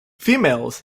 females